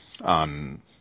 on